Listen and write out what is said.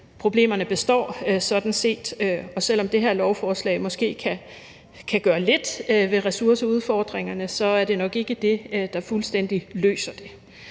problemerne består sådan set, og selv om det her lovforslag måske kan gøre lidt ved ressourceudfordringerne, er det nok ikke det, der fuldstændig løser det.